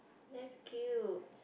that's cute